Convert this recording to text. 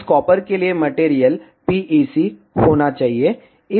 इस कॉपर के लिए मटेरियल PEC होनी चाहिए